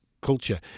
culture